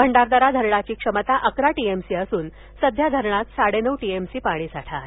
भंडारदरा धरणाची क्षमता अकरा टीएमसी असून सध्या धरणात साडेनऊ टीएमसी पाणी साठा झाला आहे